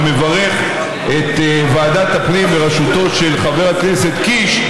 ומברך את ועדת הפנים בראשותו של חבר הכנסת קיש,